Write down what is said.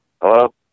Hello